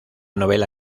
novela